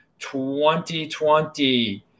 2020